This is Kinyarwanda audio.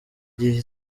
gihe